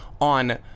on